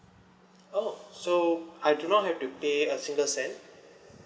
oh so I do not have to pay a single cent